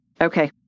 Okay